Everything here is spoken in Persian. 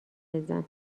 بزن